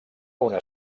una